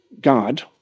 God